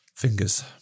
fingers